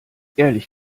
ehrlich